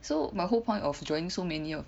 so my whole point of joining so many of